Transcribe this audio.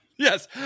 yes